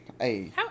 hey